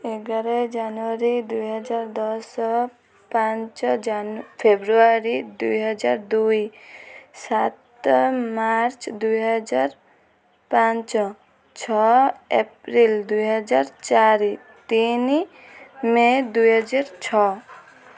ଏଗାର ଜାନୁଆରୀ ଦୁଇ ହଜାର ଦଶ ପାଞ୍ଚ ଜାନୁ ଫେବୃଆରୀ ଦୁଇ ହଜାର ଦୁଇ ସାତ ମାର୍ଚ୍ଚ ଦୁଇ ହଜାର ପାଞ୍ଚ ଛଅ ଏପ୍ରିଲ ଦୁଇ ହଜାର ଚାରି ତିନି ମେ ଦୁଇ ହଜାର ଛଅ